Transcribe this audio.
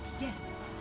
Yes